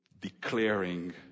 declaring